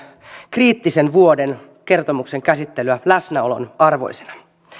kriittisen vuoden kertomuksen käsittelyä läsnäolon arvoiseksi